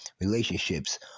relationships